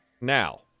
now